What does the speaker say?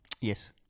Yes